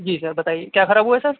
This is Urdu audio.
جی سر بتائیے کیا خراب ہوا ہے سر